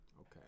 Okay